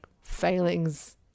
failings